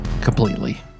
completely